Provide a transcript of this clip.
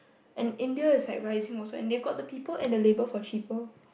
and India is like rising also and they got the people and the labour for cheaper also